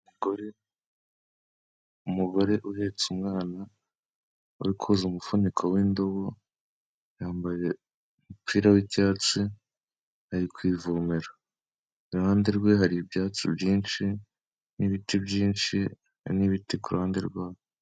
Umugore uhetse umwana uri koza umufuniko w'indobo, yambaye umupira w'icyatsi, ari ku ivomero, iruhande rwe hari ibyatsi byinshi n'ibiti byinshi, n'ibiti ku ruhande rwaho.